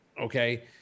Okay